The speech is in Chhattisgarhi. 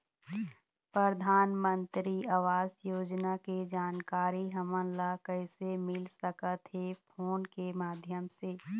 परधानमंतरी आवास योजना के जानकारी हमन ला कइसे मिल सकत हे, फोन के माध्यम से?